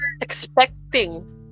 expecting